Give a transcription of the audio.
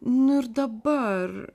nu ir dabar